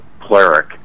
cleric